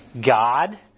God